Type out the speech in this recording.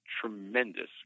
tremendous